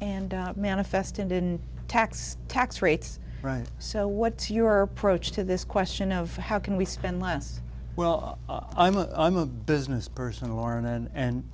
and manifested in tax tax rates right so what's your approach to this question of how can we spend less well i'm a i'm a business person